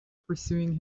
pursuing